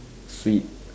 sweet